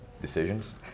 decisions